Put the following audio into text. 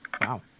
Wow